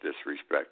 disrespect